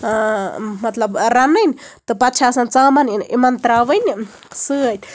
مطلب رَنٕنۍ تہٕ پَتہٕ چھِ آسان ژامَن یِمن تراوٕنۍ سۭتۍ